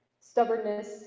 stubbornness